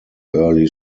early